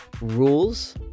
rules